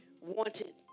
wanted